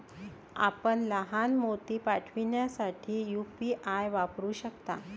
आपण लहान मोती पाठविण्यासाठी यू.पी.आय वापरू शकता